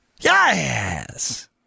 Yes